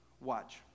Watch